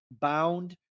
bound